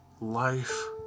life